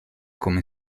come